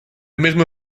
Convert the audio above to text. mesma